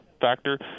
factor